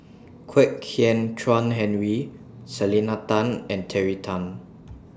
Kwek Hian Chuan Henry Selena Tan and Terry Tan